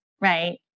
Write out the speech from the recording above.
Right